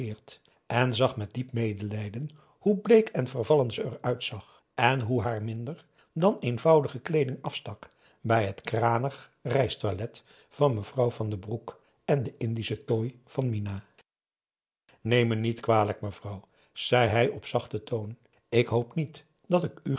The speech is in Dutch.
en zag met diep medelijden hoe bleek en vervallen ze er uitzag en hoe haar minder dan eenvoudige kleeding afstak bij het kranig reistoilet van mevrouw van den broek en den indischen tooi van mina neem me niet kwalijk mevrouw zei hij op zachten toon ik hoop niet dat ik